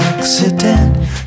Accident